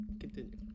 Continue